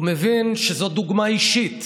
הוא מבין שזאת דוגמה אישית,